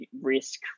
risk